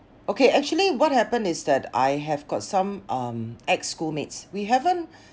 okay actually what happened is that I have got some um ex schoolmates we haven't